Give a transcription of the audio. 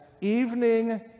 evening